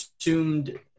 assumed